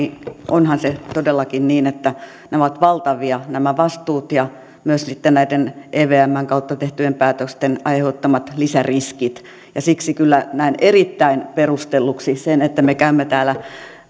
onhan se todellakin niin että nämä vastuut ovat valtavia ja sitten myös näiden evmn kautta tehtyjen päätösten aiheuttamat lisäriskit siksi näen kyllä erittäin perustelluksi sen että me käymme täällä